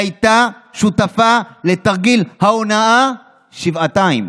שהייתה שותפה לתרגיל ההונאה שבעתיים?